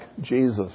Jesus